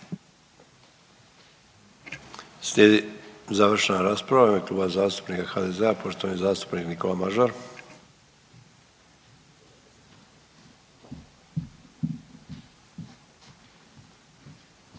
Slijedi završna rasprava u ime Kluba zastupnika HDZ-a, poštovani zastupnik Nikola Mažar.